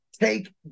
take